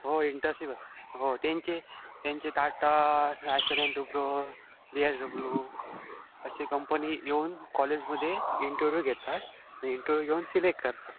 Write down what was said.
हो इंटरशीप असते हो त्यांचे त्यांचे टाटा रायसएनएन टूप्रो डी एस डब्ल्यू असे कंपनीज येऊन कॉलेजमध्ये इंटरव्यू घेतात आणि इंटरव्ह्यू घेऊन शिलेक्ट करतात